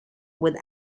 with